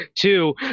two